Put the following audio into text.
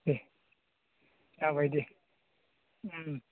दे जाबाय दे